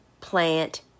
plant